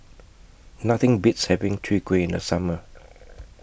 Nothing Beats having Chwee Kueh in The Summer